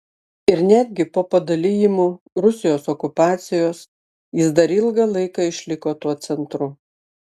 ir netgi po padalijimų rusijos okupacijos jis dar ilgą laiką išliko tuo centru